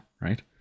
right